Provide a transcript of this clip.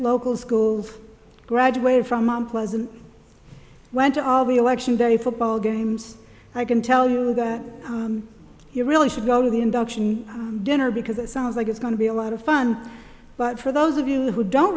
local schools graduated from unpleasant went to all the election day football games i can tell you you really should go to the induction dinner because it sounds like it's going to be a lot of fun but for those of you who don't